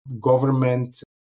government